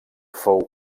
fou